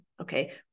Okay